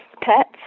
pets